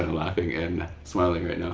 laughing and smiling right now,